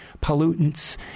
pollutants